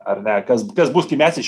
ar ne kas kas bus kai mes iš